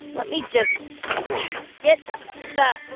let me just get the